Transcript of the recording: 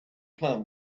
plan